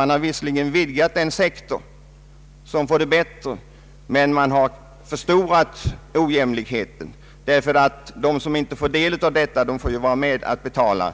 Man har visserligen vidgat den sektor som får det bättre, men man har förstorat ojämlikheterna, ty de som inte får del av jämlikheten får ju ändå vara med och betala